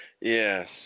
Yes